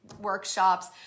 workshops